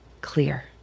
clear